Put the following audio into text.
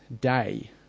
day